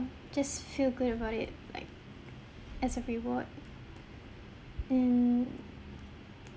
just feel good about it like as a reward and